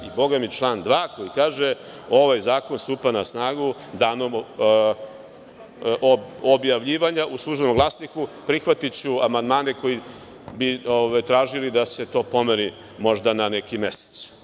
I član 2. koji kaže – ovaj zakon stupa na snagu danom objavljivanja u „Službenom Glasniku“, prihvatiću amandmane koji bi tražili da se to pomeri, možda na neki mesec.